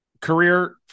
career